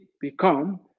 become